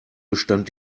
bestand